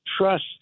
trust